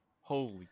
Holy